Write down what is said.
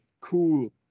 cool